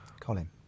colin